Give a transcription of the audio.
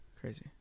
Crazy